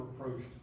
approached